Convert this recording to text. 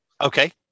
Okay